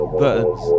buttons